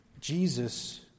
Jesus